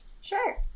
sure